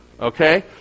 Okay